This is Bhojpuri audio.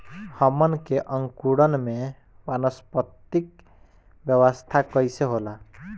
हमन के अंकुरण में वानस्पतिक अवस्था कइसे होला?